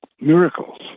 miracles